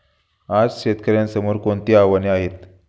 आज शेतकऱ्यांसमोर कोणती आव्हाने आहेत?